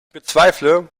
bezweifle